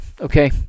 okay